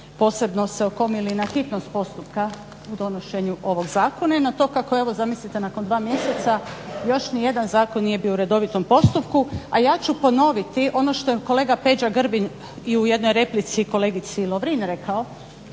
posebno se okomili na hitnost postupka u donošenju ovog zakona i na to kako evo zamislite nakon dva mjeseca još nijedan zakon nije bio u redovitom postupku. A ja ću ponoviti ono što je kolega Peđa Grbin u jednoj replici kolegici Lovrin rekao